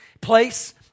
place